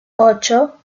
ocho